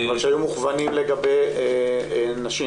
אבל שהיו מוכוונים לגבי נשים?